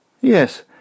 Yes